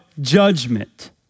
judgment